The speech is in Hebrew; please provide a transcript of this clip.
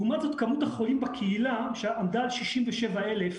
לעומת זאת, כמות החולים בקהילה שעמדה על 67 אלף,